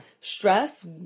stress